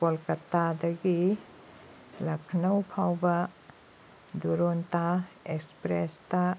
ꯀꯣꯜꯀꯥꯇꯥꯗꯒꯤ ꯂꯈꯅꯧ ꯐꯥꯎꯕ ꯗꯣꯔꯣꯟꯇꯥ ꯑꯦꯛꯁꯄ꯭ꯔꯦꯁꯇ